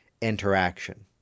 interaction